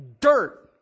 dirt